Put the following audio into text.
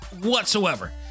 whatsoever